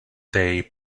they